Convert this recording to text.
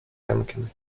jankiem